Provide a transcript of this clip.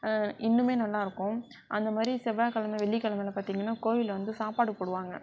இன்னுமே நல்லா இருக்கும் அந்த மாதிரி செவ்வாக்கிழம வெள்ளிக்கிழமைல பார்த்திங்கன்னா கோவிலில் வந்து சாப்பாடு போடுவாங்க